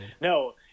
No